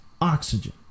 oxygen